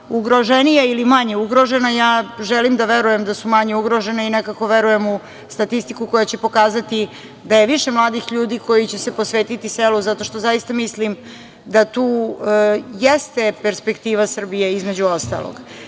ugroženija ili manje ugrožena. Ja želim da verujem da su manje ugrožena i nekako verujem u statistiku koja će pokazati da je više mladih ljudi koji će se posvetiti selu, zato što zaista mislim da tu jeste perspektiva Srbije, između ostalog. Ženski